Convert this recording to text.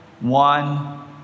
One